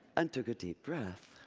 and took a deep breath.